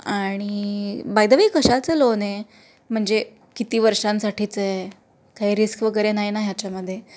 आणि by the way कशाचं loan म्हणजे किती वर्षांसाठीचं आहे काही रिस्क वगैरे नाहीई ना ह्याच्यामध्ये